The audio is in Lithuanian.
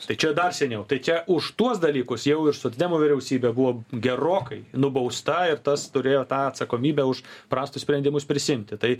tai čia dar seniau tai čia už tuos dalykus jau iš socdemų vyriausybė buvo gerokai nubausta ir tas turėjo tą atsakomybę už prastus sprendimus prisiimti tai